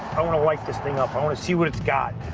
i want to wake this thing up. i want to see what it's got.